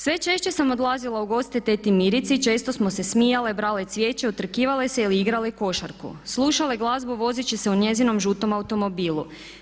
Sve češće sam odlazila u goste teti Mirici, često smo se smijale, brale cvijeće, utrkivale se ili igrale košarku, slušale glazbu vozeći se u njezinom žutom automobilu.